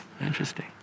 Interesting